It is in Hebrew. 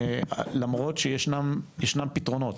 למרות שישנם פתרונות.